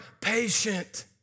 patient